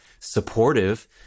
supportive